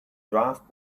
draft